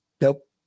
nope